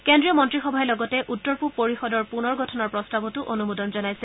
কেন্দ্ৰীয় মন্ত্ৰীসভাই লগতে উত্তৰ পূব পৰিষদৰ পূনৰগঠনৰ প্ৰস্তাৱতো অনুমোদন জনাইছে